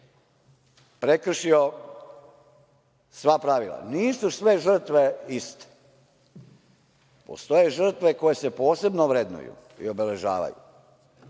prekršio sva pravila, nisu sve žrtve iste. Postoje žrtve koje se posebno vrednuju i obeležavaju.